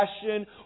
passion